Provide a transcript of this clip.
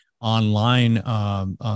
online